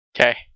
Okay